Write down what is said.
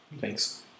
Thanks